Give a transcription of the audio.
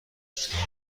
چکار